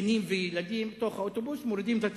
זקנים וילדים בתוך האוטובוס ומורידים את הצעירים.